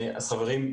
חברים,